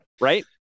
right